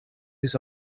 his